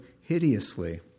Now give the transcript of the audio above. hideously